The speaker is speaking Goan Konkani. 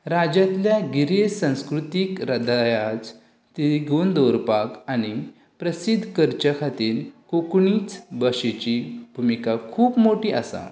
राज्यांतल्या गिरेस्त संस्कृतीक रजायाज तिगोवन दवरपाक आनीक प्रसिध्द करचे खातीर कोंकणीच भाशेची भुमिका खूब मोठी आसा